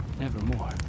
nevermore